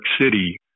City